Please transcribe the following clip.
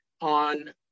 on